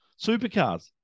Supercars